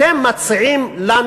אתם מציעים לנו